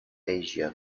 asia